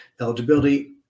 eligibility